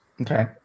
Okay